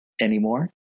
anymore